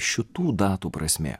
šitų datų prasmė